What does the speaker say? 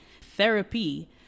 Therapy